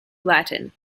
latin